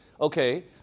Okay